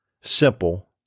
Simple